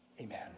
Amen